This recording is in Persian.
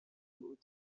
بود